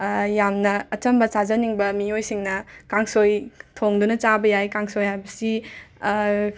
ꯌꯥꯝꯅ ꯑꯆꯝꯕ ꯆꯥꯖꯅꯤꯡꯕ ꯃꯤꯑꯣꯏꯁꯤꯡꯅ ꯀꯥꯡꯁꯣꯏ ꯊꯣꯡꯗꯨꯅ ꯆꯥꯕ ꯌꯥꯏ ꯀꯥꯡꯁꯣꯏ ꯍꯥꯏꯕꯁꯤ